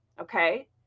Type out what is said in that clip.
Okay